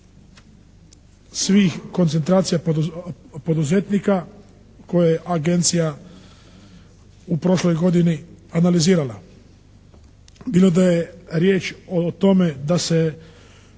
svih koncentracija poduzetnika koje je Agencija u prošloj godini analizirala. Bilo da je riječ o tome da se